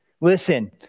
Listen